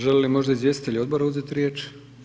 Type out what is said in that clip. Želi li možda izvjestitelj odbora uzeti riječ?